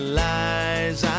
lies